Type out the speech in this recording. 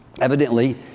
Evidently